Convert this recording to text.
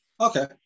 okay